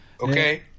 Okay